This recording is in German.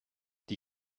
die